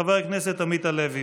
חבר הכנסת עמית הלוי,